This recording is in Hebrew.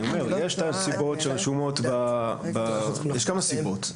יש כמה סיבות.